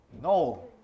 No